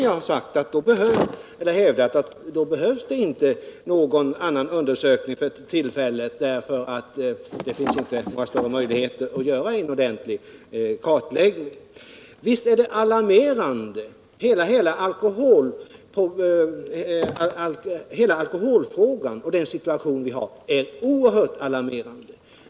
Jag har hävdat att det då inte behöver företas någon annan undersökning för tillfället, eftersom det inte finns några större möjligheter att göra en ordentlig kartläggning. Visst är hela alkoholfrågan och den situation vi nu har oerhört alarmerande.